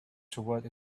toward